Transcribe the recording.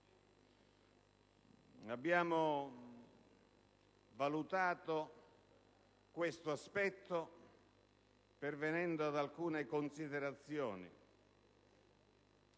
Abbiamo valutato tale aspetto pervenendo ad alcune considerazioni.